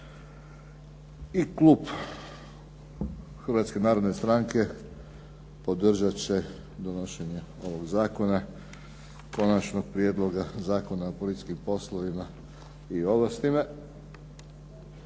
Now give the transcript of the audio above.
I klub Hrvatske narodne stranke podržat će donošenje ovog zakona Konačnog prijedloga zakona o policijskim poslovima i ovlastima